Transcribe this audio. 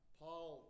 paul